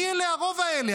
מי אלה הרוב האלה?